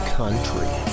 country